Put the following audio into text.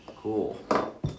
cool